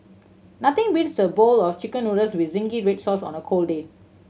nothing beats a bowl of Chicken Noodles with zingy red sauce on a cold day